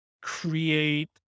create